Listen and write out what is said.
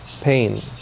pain